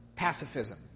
pacifism